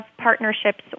partnerships